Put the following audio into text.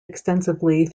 extensively